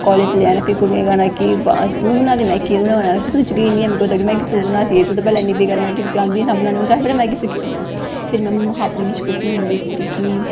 college लेना फ्ही कुड़ियें कैह्ना कि वाह् तूं बनाई दी मैगी जकीन निं ऐ मैगी तूं बनाई दी तूं पैह्लें इन्नी बेकार मैगी तुगी ते आंदी निं फिर में महां आपूं